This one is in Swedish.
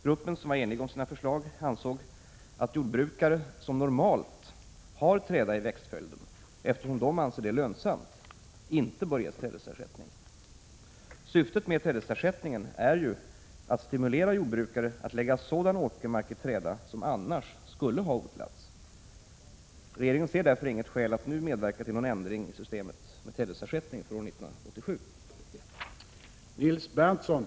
Gruppen, som var enig om sina förslag, ansåg att jordbrukare som normalt har träda i växtföljden, eftersom de anser det lönsamt, inte bör ges trädesersättning. Syftet med trädesersättningen är ju att stimulera jordbrukare att lägga sådan åkermark i träda som annars skulle ha odlats. Regeringen ser därför inget skäl att nu medverka till någon ändring i systemet med trädesersättning för år 1987.